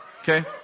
Okay